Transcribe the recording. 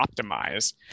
optimize